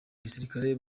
gisirikare